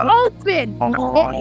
open